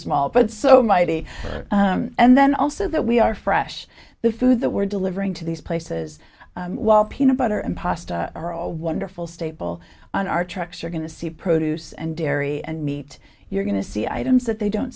small but so mighty and then also that we are fresh the food that we're delivering to these places while peanut butter and pasta are a wonderful staple on our trucks you're going to see produce and dairy and meat you're going to see items that they don't